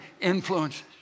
influences